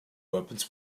weapons